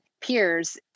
peers